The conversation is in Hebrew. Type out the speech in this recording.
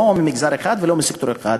לא ממגזר אחד ולא מסקטור אחד.